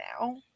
now